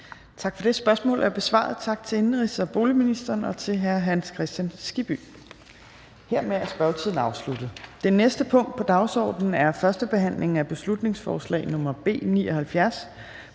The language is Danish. Tak for det. Spørgsmålet er besvaret. Tak til indenrigs- og boligministeren og til hr. Hans Kristian Skibby.